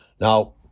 Now